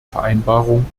vereinbarungen